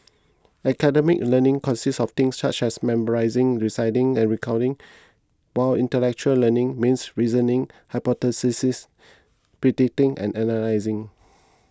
academic learning consists of things such as memorising reciting and recounting while intellectual learning means reasoning hypothesising predicting and analysing